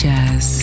Jazz